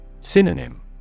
Synonym